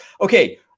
Okay